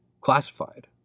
classified